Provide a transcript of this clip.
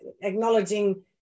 acknowledging